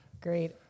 great